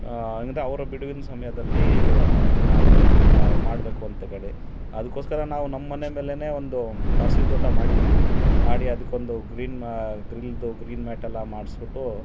ಅಂದ್ರೆ ಅವರ ಬಿಡುವಿನ ಸಮಯದಲ್ಲಿ ಅದನ್ನು ಮಾ ಮಾಡಬೇಕು ಅಂತ ಕಡೆ ಅದಕ್ಕೋಸ್ಕರ ನಾವು ನಮ್ಮ ಮನೆ ಮೇಲೇನೆ ಒಂದು ತಾರಸಿ ತೋಟ ಮಾಡಿದ್ದೀವಿ ಮಾಡಿ ಅದಕ್ಕೊಂದು ಗ್ರೀನ್ ಗ್ರಿಲ್ದು ಗ್ರೀನ್ ಮ್ಯಾಟ್ ಎಲ್ಲ ಮಾಡ್ಸ್ಬಿಟ್ಟು